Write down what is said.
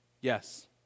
Yes